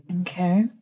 Okay